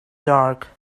dark